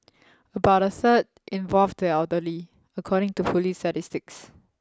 about a third involved the elderly according to police statistics